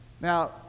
Now